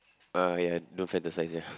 uh ya no